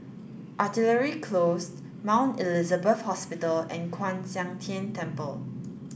Artillery Closed Mount Elizabeth Hospital and Kwan Siang Tng Temple